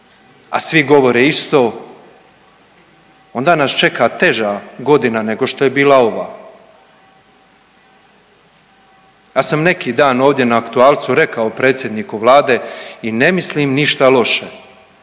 a svi govore isto, onda nas čeka teža godina nego što je bila ova. Ja sam neki dan ovdje na aktualcu rekao predsjedniku Vlade i ne mislim ništa loše,